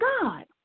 God